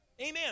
Amen